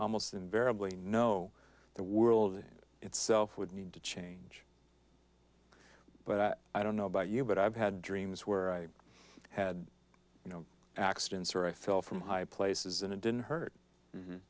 almost invariably no the world itself would need to change but i don't know about you but i've had dreams where i had you know accidents where i fell from high places and it didn't hurt